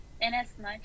inasmuch